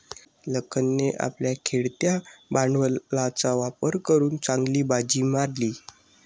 लखनने आपल्या खेळत्या भांडवलाचा वापर करून चांगली बाजी मारली